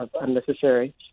unnecessary